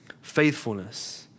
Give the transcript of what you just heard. faithfulness